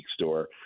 store